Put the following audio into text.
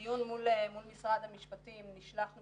בדיון מול משרד המשפטים נשלחנו